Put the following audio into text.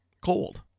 cold